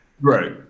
right